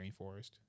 rainforest